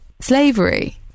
slavery